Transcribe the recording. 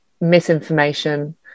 misinformation